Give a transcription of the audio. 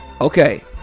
Okay